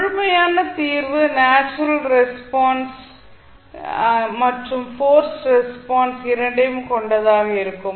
முழுமையான தீர்வு natural response மற்றும் போர்ஸ்ட் ரெஸ்பான்ஸ் இரண்டையும் கொண்டதாக இருக்கும்